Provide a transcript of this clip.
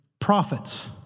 prophets